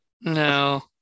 No